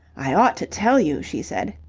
i ought to tell you, she said,